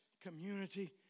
community